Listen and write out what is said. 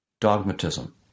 dogmatism